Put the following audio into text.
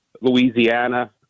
Louisiana